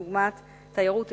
דוגמת תיירות אקולוגית,